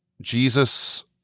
Jesus